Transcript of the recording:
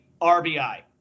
RBI